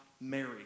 Mary